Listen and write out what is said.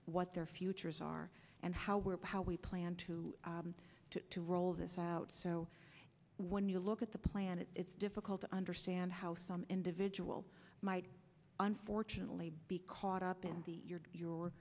what their futures are and how where how we plan to to roll this out so when you look at the planet it's difficult to understand how some individual might unfortunately be caught up in the your your